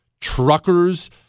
truckers